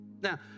Now